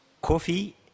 Coffee